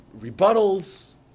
rebuttals